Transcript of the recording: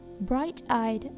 bright-eyed